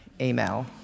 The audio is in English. email